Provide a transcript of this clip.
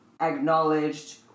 acknowledged